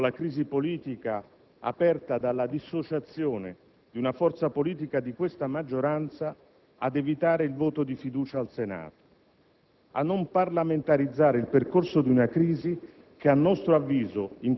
corriamo il rischio di arrivare in queste ore ad una scelta sofferta che poteva e doveva, secondo noi liberaldemocratici, essere evitata.